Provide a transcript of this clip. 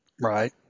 Right